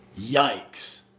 yikes